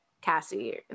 Cassie